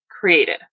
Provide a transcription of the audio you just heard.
Created